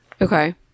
Okay